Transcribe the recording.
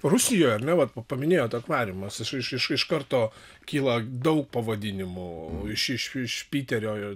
rusija na vat paminėjot akvariumas aš iš iš iš karto kyla daug pavadinimų iš iš iš piterio